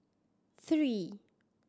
three